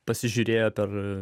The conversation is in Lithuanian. pasižiūrėjo per